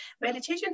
Meditation